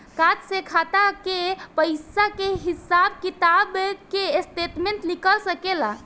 Card से खाता के पइसा के हिसाब किताब के स्टेटमेंट निकल सकेलऽ?